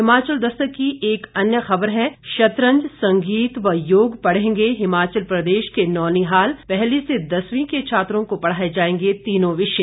हिमाचल दस्तक की एक अन्य ख़बर है शतरंज संगीत व योग पढ़ेंगे हिमाचल प्रदेश के नौनिहाल पहली से दसवीं के छात्रों को पढ़ाए जाएंगे तीनों विषय